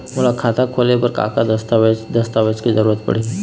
मोला खाता खोले बर का का दस्तावेज दस्तावेज के जरूरत पढ़ते?